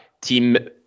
team